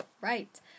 right